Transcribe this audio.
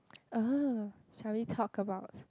uh shall we talk about